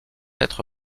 être